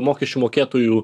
mokesčių mokėtojų